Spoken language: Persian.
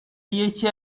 یکی